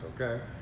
okay